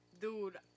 Dude